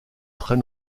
très